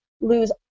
lose